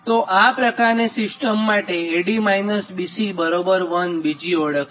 તો આ પ્રકારની સિસ્ટમ માટે AD BC 1 બીજી ઓળખ છે